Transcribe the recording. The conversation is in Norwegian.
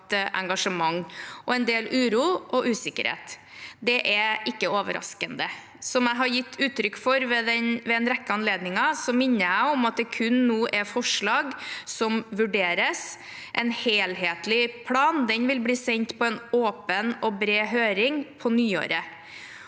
engasjement – og en del uro og usikkerhet. Det er ikke overraskende. Som jeg har gitt uttrykk for ved en rekke anledninger, minner jeg om at det kun er forslag som nå vurderes – en helhetlig plan vil bli sendt på en åpen og bred høring på nyåret.